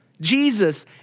Jesus